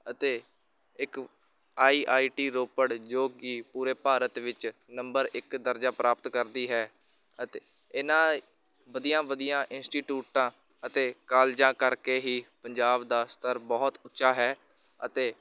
ਅਤੇ ਇੱਕ I I T Ropar ਜੋ ਕਿ ਪੂਰੇ ਭਾਰਤ ਵਿੱਚ ਨੰਬਰ ਇੱਕ ਦਰਜਾ ਪ੍ਰਾਪਤ ਕਰਦੀ ਹੈ ਅਤੇ ਇਹਨਾਂ ਵਧੀਆ ਵਧੀਆ ਇੰਸਟੀਟਿਊਟਾਂ ਅਤੇ ਕਾਲਜਾਂ ਕਰਕੇ ਹੀ ਪੰਜਾਬ ਦਾ ਸਤਰ ਬਹੁਤ ਉੱਚਾ ਹੈ ਅਤੇ